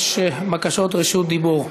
יש בקשות רשות דיבור.